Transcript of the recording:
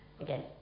again